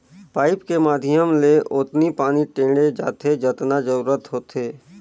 pipe के माधियम ले ओतनी पानी टेंड़े जाथे जतना जरूरत होथे